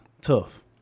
tough